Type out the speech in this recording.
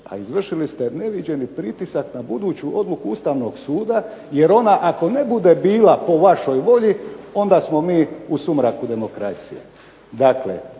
a izvršili ste neviđeni pritisak na buduću odluku Ustavnog suda jer ona ako ne bude bila po vašoj volji onda smo mi u sumraku demokracije.